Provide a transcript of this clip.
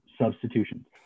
substitutions